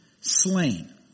Slain